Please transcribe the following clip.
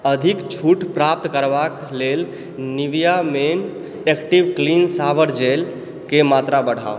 अधिक छूट प्राप्त करबाक लेल Nivea men active clean shower gel क मात्रा बढ़ाउ